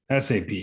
SAP